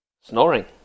snoring